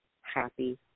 happy